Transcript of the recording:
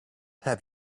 have